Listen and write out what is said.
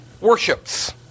worships